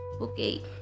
Okay